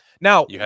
now